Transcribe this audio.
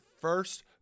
first